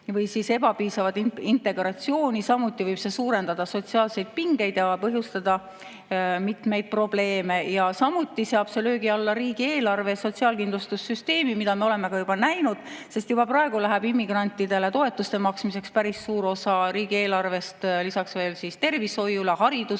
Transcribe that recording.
või siis ebapiisavat integratsiooni. Samuti võib see suurendada sotsiaalseid pingeid ja põhjustada mitmeid probleeme. Samuti seab see löögi alla riigieelarve ja sotsiaalkindlustussüsteemi, mida me oleme juba näinud. Juba praegu läheb immigrantidele toetuste maksmiseks päris suur osa riigieelarvest, lisaks veel tervishoiule, haridusele